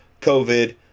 covid